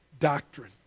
doctrine